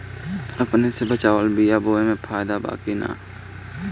अपने से बचवाल बीया बोये मे फायदा बा की मार्केट वाला नया बीया खरीद के बोये मे फायदा बा?